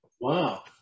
Wow